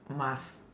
mask